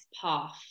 path